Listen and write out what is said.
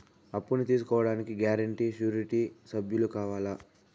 అప్పును తీసుకోడానికి guarantee, surety సభ్యులు కావాలా?